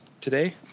today